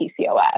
PCOS